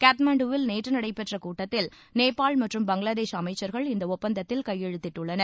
காட்மாண்டுவில் நேற்று நடைபெற்ற கூட்டத்தில் நேபாள் மற்றும் பங்களாதேஷ் அமைச்சர்கள் இந்த ஒப்பந்தத்தில் கையெழுத்திட்டனர்